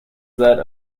that